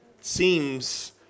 seems